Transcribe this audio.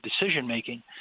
decision-making